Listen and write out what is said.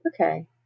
okay